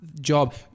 job